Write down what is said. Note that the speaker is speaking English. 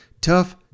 tough